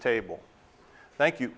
table thank you